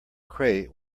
crate